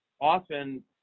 often